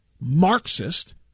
Marxist